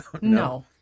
No